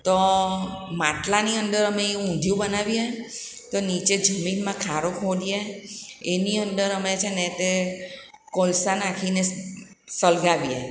તો માટલાની અંદર અમે એ ઊંધિયું બનાવીએ તો નીચે જમીનમાં ખાડો ખોદીએ એની અંદર અમે છે ને તે કોલસા નાખીને સળગાવીએ